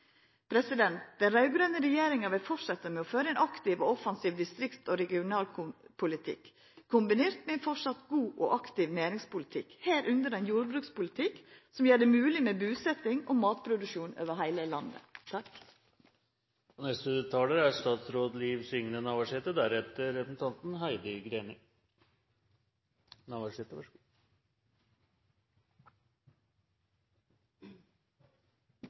Den raud-grøne regjeringa vil fortsetja med å føra ein aktiv og offensiv distrikts- og regionalpolitikk kombinert med ein framleis god og aktiv næringspolitikk, medrekna ein jordbrukspolitikk som gjer det mogleg med busetjing og matproduksjon over heile landet.